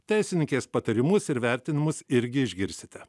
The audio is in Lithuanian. teisinykės patarimus ir vertinimus irgi išgirsite